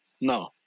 no